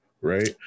right